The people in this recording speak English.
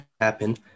happen